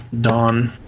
Dawn